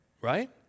right